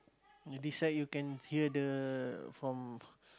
you decide you can hear the from